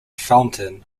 fountain